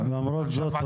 בסדר?